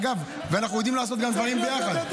אגב, אנחנו גם יודעים לעשות דברים ביחד.